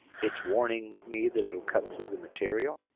it's warning me that it'll cut through the material.